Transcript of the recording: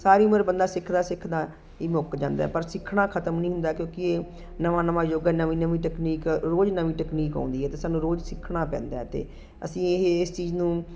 ਸਾਰੀ ਉਮਰ ਬੰਦਾ ਸਿੱਖਦਾ ਸਿੱਖਦਾ ਹੀ ਮੁੱਕ ਜਾਂਦਾ ਪਰ ਸਿੱਖਣਾ ਖਤਮ ਨਹੀਂ ਹੁੰਦਾ ਕਿਉਂਕਿ ਇਹ ਨਵਾਂ ਨਵਾਂ ਯੁੱਗ ਹੈ ਨਵੀਂ ਨਵੀਂ ਤਕਨੀਕ ਰੋਜ਼ ਨਵੀਂ ਟਕਨੀਕ ਆਉਂਦੀ ਹੈ ਅਤੇ ਸਾਨੂੰ ਰੋਜ਼ ਸਿੱਖਣਾ ਪੈਂਦਾ ਹੈ ਅਤੇ ਅਸੀਂ ਇਹ ਇਸ ਚੀਜ਼ ਨੂੰ